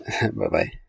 Bye-bye